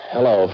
Hello